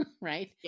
right